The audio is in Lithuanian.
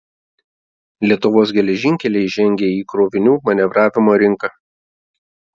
lietuvos geležinkeliai žengia į krovinių manevravimo rinką